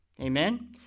Amen